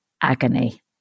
agony